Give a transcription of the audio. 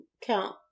count